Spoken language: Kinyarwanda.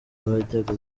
bajyaga